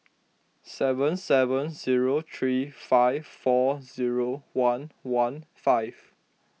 seven seven zero three five four zero one one five